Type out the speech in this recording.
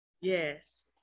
Yes